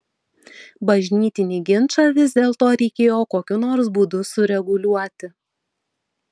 bažnytinį ginčą vis dėlto reikėjo kokiu nors būdu sureguliuoti